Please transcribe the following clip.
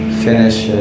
finish